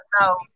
no